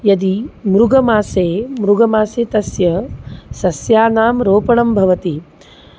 यदि मृगमासे मृगमासे तस्य सस्यानां रोपणं भवति